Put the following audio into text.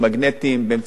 באמצעות תלושים,